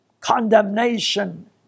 condemnation